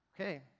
okay